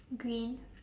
green